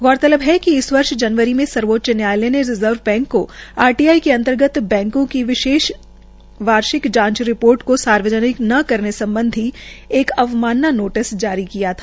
गौरतलब है कि इस वर्ष जनवरी में सर्वोच्च न्यायालय ने रिजर्व बैंक को आरटीआई के अंतर्गत बैंको की वार्षिक जांच रिपोर्ट को सार्वजनिक न करने सम्बधी एक अवमानना नोटिस जारी किया था